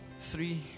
Three